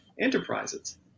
enterprises